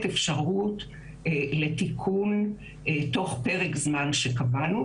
אפשרות לתיקון בתוך פרק זמן שקבענו,